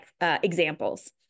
examples